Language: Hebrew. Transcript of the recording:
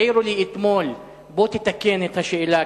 העירו לי אתמול: בוא תתקן את השאלה,